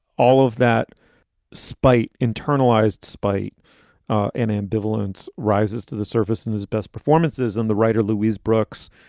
all of that spight internalized spite and ambivalence rises to the surface in his best performances. and the writer louise brooks,